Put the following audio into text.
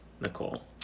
Nicole